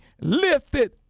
lifted